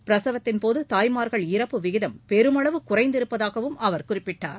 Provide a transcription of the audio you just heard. பிரசவத்தின்போது தாய்மார்கள் இறப்பு விகிதம் பெரும் அளவு குறைந்திருப்பதாகவும் அவர் குறிப்பிட்டார்